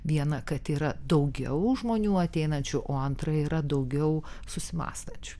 viena kad yra daugiau žmonių ateinančių o antra yra daugiau susimąstačių